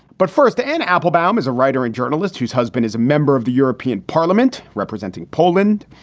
but first to anne applebaum is a writer and journalist whose husband is a member of the european parliament representing poland.